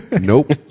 Nope